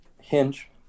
Hinge